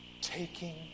taking